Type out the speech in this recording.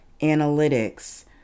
analytics